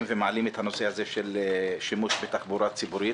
ומעלים את הנושא הזה של שימוש בתחבורה ציבורית